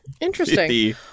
Interesting